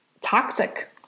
toxic